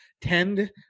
tend